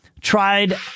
tried